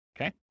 okay